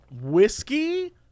whiskey